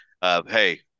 Hey